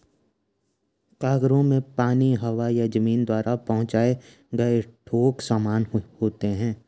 cargo में पानी, हवा या जमीन द्वारा पहुंचाए गए थोक सामान होते हैं